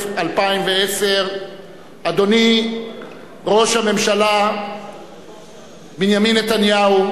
2011. אדוני ראש הממשלה בנימין נתניהו,